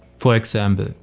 for example.